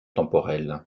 temporelles